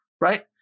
right